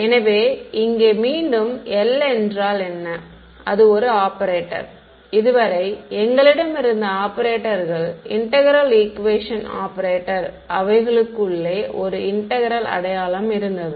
எனவே இங்கே மீண்டும் L என்றால் என்ன அது ஒரு ஆப்ரேட்டர் இதுவரை எங்களிடம் இருந்த ஆப்ரேட்டர்கள் இன்டெக்ரேல் ஈக்குவேஷன் ஆப்ரேட்டர் அவைகளுக்குள்ளே ஒரு இன்டெக்ரேல் அடையாளம் இருந்தது